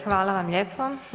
Hvala vam lijepo.